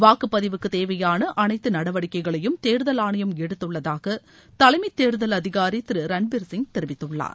வாக்குப்பதிவுக்கு தேவையான அளைத்து நடவடிக்கைகளையும் தேர்தல் ஆணையம் எடுத்துள்ளதாக தலைமை தேர்தல் அதிகாரி திரு ரன்பீர்சிய் தெரிவித்துள்ளார்